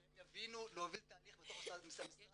שהם יבינו להוביל תהליך בתוך המשרד